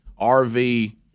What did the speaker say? RV